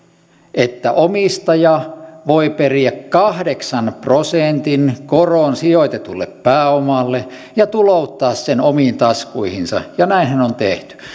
että omistaja voi periä kahdeksan prosentin koron sijoitetulle pääomalle ja tulouttaa sen omiin taskuihinsa ja näinhän on tehty